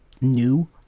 new